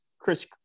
Chris –